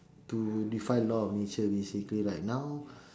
to defy law of nature basically right now